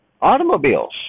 automobiles